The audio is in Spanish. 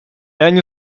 año